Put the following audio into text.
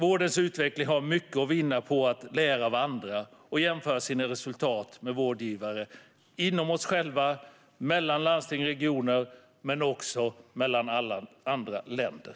Vårdens utveckling har mycket att vinna på om man lär av andra och jämför sina resultat med andra vårdgivares - mellan landsting och regioner men också mellan länder.